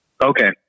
Okay